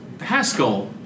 Haskell